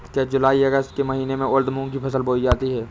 क्या जूलाई अगस्त के महीने में उर्द मूंग की फसल बोई जाती है?